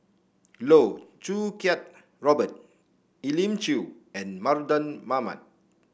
Loh Choo Kiat Robert Elim Chew and Mardan Mamat